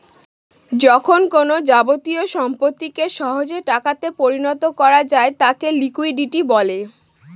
যখন কোনো যাবতীয় সম্পত্তিকে সহজে টাকাতে পরিণত করা যায় তাকে লিকুইডিটি বলে